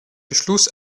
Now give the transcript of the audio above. beschluss